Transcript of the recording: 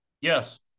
Yes